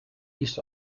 east